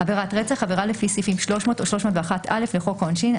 "עבירת רצח" עבירה לפי סעיפים 300 או 301א לחוק העונשין,